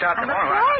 tomorrow